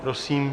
Prosím.